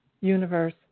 universe